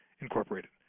incorporated